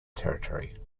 territory